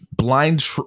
Blind